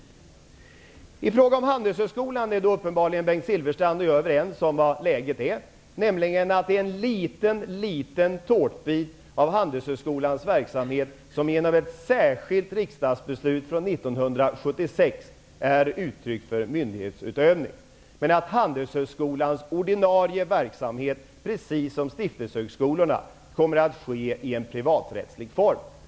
Silfverstrand och jag uppenbarligen överens om vilket läget är, nämligen att det är en liten tårtbit av Handelshögskolans verksamhet som genom ett särskilt riksdagsbeslut från 1976 är uttryck för myndighetsutövning. Men Handelshögskolans ordinarie verksamhet, precis som stiftelsehögskolornas, kommer att bedrivas i en privaträttslig form.